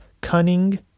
cunning